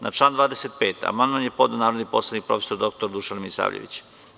Na član 25. amandman je podneo narodni poslanik prof. dr Dušan Milisavljević.